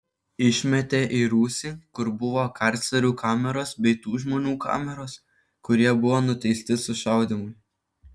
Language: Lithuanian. išmetė į rūsį kur buvo karcerių kameros bei tų žmonių kameros kurie buvo nuteisti sušaudymui